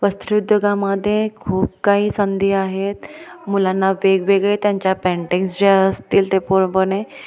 वस्त्रोद्योगामध्ये खूप काही संधी आहेत मुलांना वेगवेगळे त्यांच्या पेंटिंग्स जे असतील ते पूर्णपणे